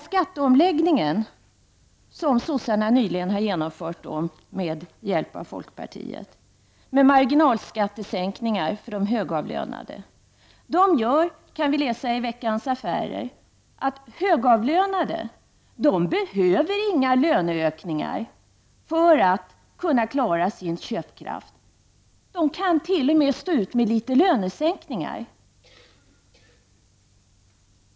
Skatteomläggningen, som sossarna nyligen har genomfört med hjälp av folkpartiet, med marginalskattesänkningar för de högavlönade, innebär — vilket vi kan läsa i Veckans Affärer — att högavlönade inte behöver några löneökningar för att klara sin köpkraft. De kan t.o.m. stå ut med vissa lönesänkningar.